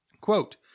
quote